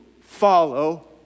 follow